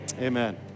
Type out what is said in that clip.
amen